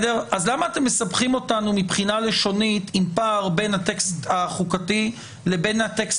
למה אתם מסבכים אותנו מבחינה לשונית עם פער בין הטקסט החוקתי לבין הטקסט